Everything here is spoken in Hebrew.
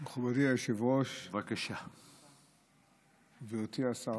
היושב-ראש, גברתי השרה?